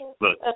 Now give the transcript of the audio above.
Look